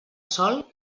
sol